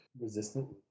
Resistant